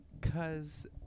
Cause